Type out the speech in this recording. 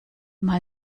mal